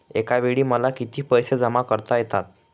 एकावेळी मला किती पैसे जमा करता येतात?